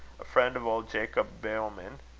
a friend of old jacob boehmen,